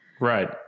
Right